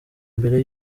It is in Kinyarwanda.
mbere